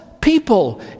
people